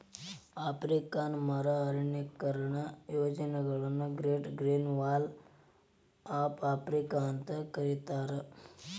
African ಮರು ಅರಣ್ಯೇಕರಣ ಯೋಜನೆಯನ್ನ great green wall of Africa ಅಂತ ಕರೇತಾರ